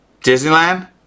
Disneyland